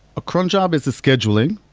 a cron job is a scheduling.